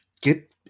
get